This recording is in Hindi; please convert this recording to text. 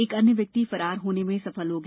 एक अन्य व्यक्ति फरार होने में सफल हो गया